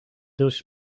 dus